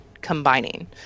combining